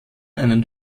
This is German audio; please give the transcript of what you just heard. einen